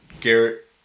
Garrett